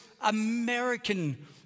American